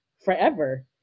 forever